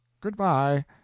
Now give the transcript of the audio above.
good-bye